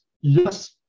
yes